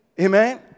Amen